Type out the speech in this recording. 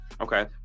Okay